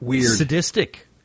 sadistic